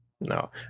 No